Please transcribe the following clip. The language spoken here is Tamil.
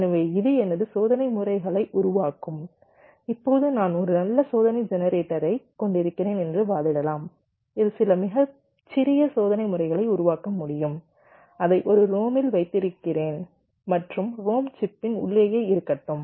எனவே இது எனது சோதனை முறைகளை உருவாக்கும் இப்போது நான் ஒரு நல்ல சோதனை ஜெனரேட்டரைக் கொண்டிருக்கிறேன் என்று வாதிடலாம் இது சில மிகச் சிறிய சோதனை முறைகளை உருவாக்க முடியும் அதை ஒரு ரோமில் வைத்திருக்கிறேன் மற்றும் ரோம் சிப்பின் உள்ளேயே இருக்கட்டும்